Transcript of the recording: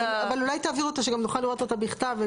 אולי תעבירו אותה שגם נוכל לראות אותה בכתב.